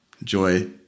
enjoy